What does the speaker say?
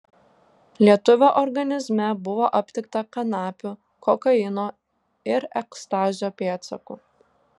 lietuvio organizme buvo aptikta kanapių kokaino ir ekstazio pėdsakų